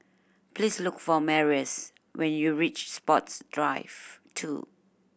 please look for Marius when you reach Sports Drive Two